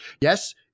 Yes